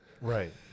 Right